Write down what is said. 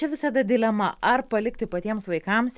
čia visada dilema ar palikti patiems vaikams